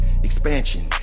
Expansion